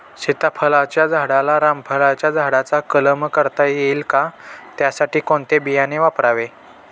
सीताफळाच्या झाडाला रामफळाच्या झाडाचा कलम करता येईल का, त्यासाठी कोणते बियाणे वापरावे?